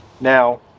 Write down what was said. now